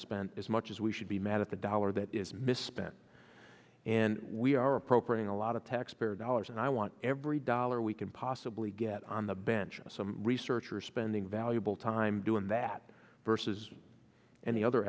spent as much as we should be mad at the dollar that is misspent and we are appropriate a lot of taxpayer dollars and i want every dollar we can possibly get on the bench and some research or spending valuable time doing that versus and the other